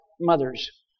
mothers